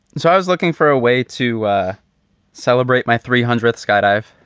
so i was looking for a way to celebrate my three hundredth skydive.